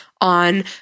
on